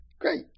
great